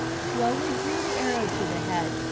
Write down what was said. slowly drew the arrow to the head,